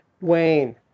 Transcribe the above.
Wayne